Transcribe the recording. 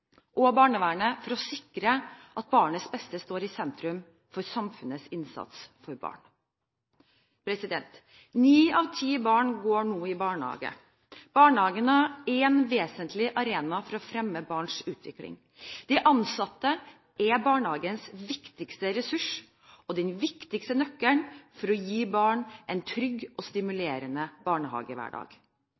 og barnevernet for å sikre at barnets beste står i sentrum for samfunnets innsats for barn. Ni av ti barn går nå i barnehage. Barnehagene er en vesentlig arena for å fremme barns utvikling. De ansatte er barnehagens viktigste ressurs og den viktigste nøkkelen for å gi barn en trygg og stimulerende barnehagehverdag.